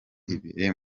ibiri